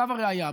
עליו הראיה.